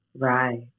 Right